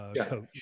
coach